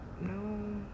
no